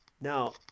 now